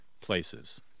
places